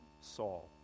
Saul